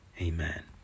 amen